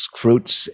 fruits